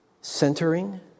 centering